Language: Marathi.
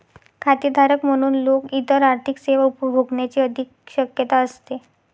खातेधारक म्हणून लोक इतर आर्थिक सेवा उपभोगण्याची अधिक शक्यता असते